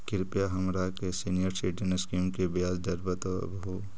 कृपा हमरा के सीनियर सिटीजन स्कीम के ब्याज दर बतावहुं